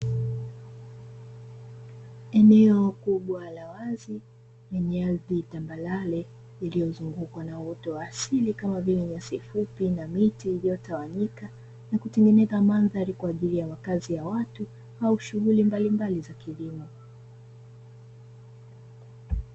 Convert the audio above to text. Eneo kubwa la wazi lenye aridhi tambarare, iliyozungukwa na uoto wa asili kama vile nyasi fupi na miti iliyotawanyika, na kutengeneza mandhari kwaajili ya wakazi ya watu au shughuli mbalimbali za kilimo.